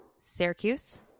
Syracuse